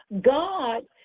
God